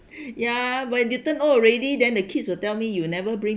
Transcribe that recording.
ya but you turn old already then the kids will tell me you never bring